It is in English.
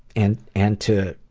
and and to